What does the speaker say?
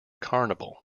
carnival